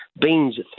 beans